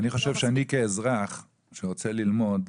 אני חושב שאני כאזרח שרוצה ללמוד,